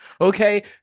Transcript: Okay